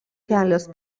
kelias